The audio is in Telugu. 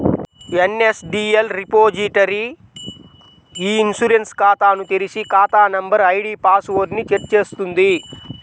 ఎన్.ఎస్.డి.ఎల్ రిపోజిటరీ ఇ ఇన్సూరెన్స్ ఖాతాను తెరిచి, ఖాతా నంబర్, ఐడీ పాస్ వర్డ్ ని సెట్ చేస్తుంది